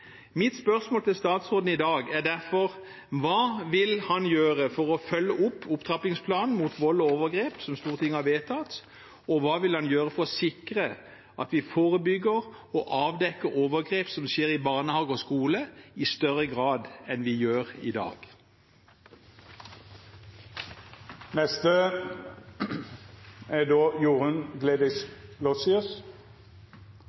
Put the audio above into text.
Mitt spørsmål til statsråden i dag er derfor: Hva vil han gjøre for å følge opp opptrappingsplanen mot vold og overgrep, som Stortinget har vedtatt, og hva vil han gjøre for å sikre at vi forebygger og avdekker overgrep som skjer i barnehage og skole, i større grad enn vi gjør i dag? Då er